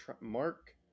Mark